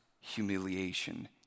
humiliation